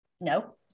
No